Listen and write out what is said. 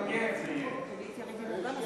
אצל יוגב זה יהיה.